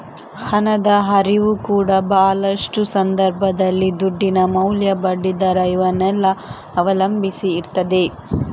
ಹಣದ ಹರಿವು ಕೂಡಾ ಭಾಳಷ್ಟು ಸಂದರ್ಭದಲ್ಲಿ ದುಡ್ಡಿನ ಮೌಲ್ಯ, ಬಡ್ಡಿ ದರ ಇವನ್ನೆಲ್ಲ ಅವಲಂಬಿಸಿ ಇರ್ತದೆ